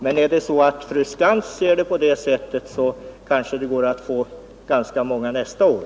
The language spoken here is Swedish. Men om det är så att fru Skantz ser saken på annat sätt, så kanske det går att få ganska många namn under motionen nästa år.